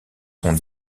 sont